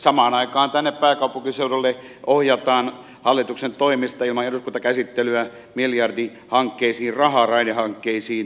samaan aikaan tänne pääkaupunkiseudulle ohjataan hallituksen toimesta ilman eduskuntakäsittelyä miljardihankkeisiin rahaa raidehankkeisiin